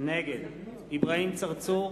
נגד אברהים צרצור,